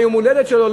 מתי יום-ההולדת שלו,